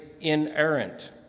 inerrant